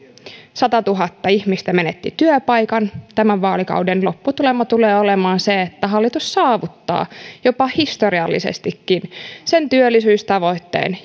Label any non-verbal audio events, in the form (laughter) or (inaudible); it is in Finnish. satatuhatta ihmistä menetti työpaikan tämän vaalikauden lopputulema tulee olemaan se että hallitus saavuttaa jopa historiallisestikin sen työllisyystavoitteen (unintelligible)